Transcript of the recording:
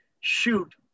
shoot